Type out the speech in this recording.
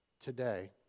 today